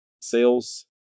sales